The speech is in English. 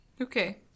okay